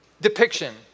depiction